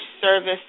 service